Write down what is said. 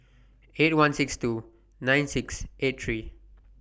eight one six two nine six eight three